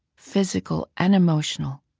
physical and emotional,